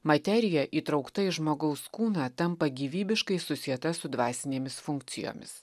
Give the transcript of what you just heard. materija įtraukta į žmogaus kūną tampa gyvybiškai susieta su dvasinėmis funkcijomis